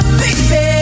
baby